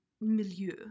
milieu